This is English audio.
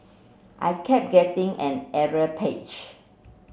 I kept getting an error page